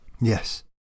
Yes